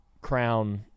crown